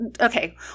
Okay